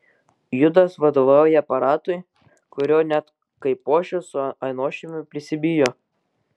judas vadovauja aparatui kurio net kaipošius su ainošiumi prisibijo